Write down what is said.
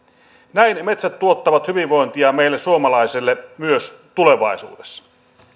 näin metsät tuottavat hyvinvointia meille suomalaisille myös tulevaisuudessa